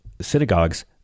synagogues